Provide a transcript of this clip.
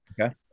Okay